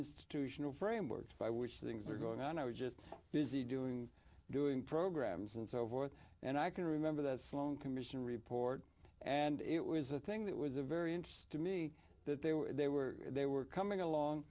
institutional framework by which things are going on i was just busy doing doing programmes and so forth and i can remember the sloan commission report and it was a thing that was a very interest to me that they were they were they were coming along